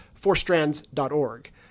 fourstrands.org